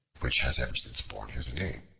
which has ever since borne his name,